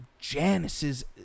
Janice's